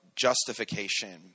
justification